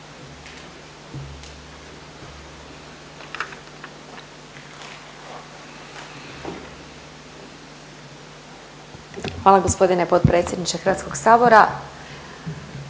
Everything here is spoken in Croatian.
Hvala gospodine potpredsjedniče Hrvatskog sabora.